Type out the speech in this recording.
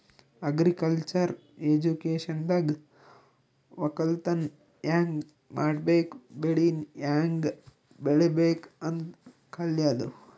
agriculture ಎಜುಕೇಶನ್ದಾಗ್ ವಕ್ಕಲತನ್ ಹ್ಯಾಂಗ್ ಮಾಡ್ಬೇಕ್ ಬೆಳಿ ಹ್ಯಾಂಗ್ ಬೆಳಿಬೇಕ್ ಅಂತ್ ಕಲ್ಯಾದು